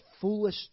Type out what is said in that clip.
foolish